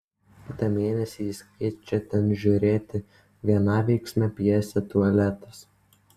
kitą mėnesį jis kviečia ten žiūrėti vienaveiksmę pjesę tualetas